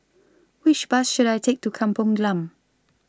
Which Bus should I Take to Kampung Glam